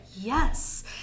Yes